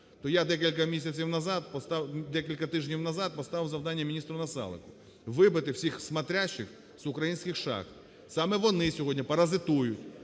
декілька тижнів назад поставив завдання мініструНасалику "вибити" всіх "смотрящих" з українських шахт. Саме вони сьогодні паразитують